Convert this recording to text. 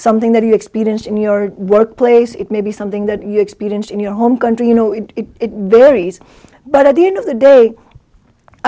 something that you experienced in your workplace it may be something that you experienced in your home country you know it it varies but at the end of the day